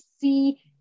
see